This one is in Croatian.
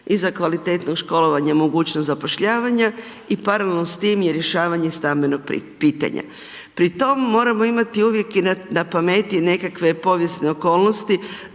I za kvalitetnog školovanja mogućnost zapošljavanja i paralelno s time je rješavanje stambenog pitanja. Pri tom moramo imati uvijek i napameti nekakve povijesne okolnosti,